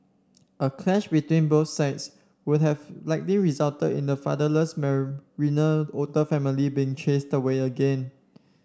a clash between both sides would have likely resulted in the fatherless Marina otter family being chased away again